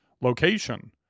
location